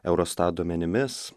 eurostat duomenimis